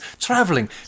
traveling